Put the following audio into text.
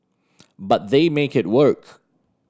but they make it work